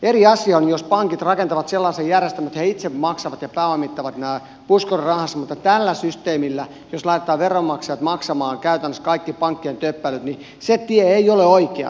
eri asia on jos pankit rakentavat sellaisen järjestelmän että ne itse maksavat ja pääomittavat nämä puskurirahansa mutta tällä systeemillä jos laitetaan veronmaksajat maksamaan käytännössä kaikki pankkien töppäilyt se tie ei ole oikea tie